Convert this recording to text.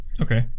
okay